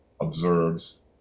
observes